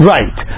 Right